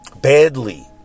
Badly